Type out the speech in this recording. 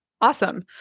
Awesome